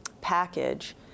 package